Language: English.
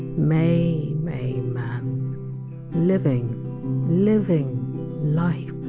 may may man living living life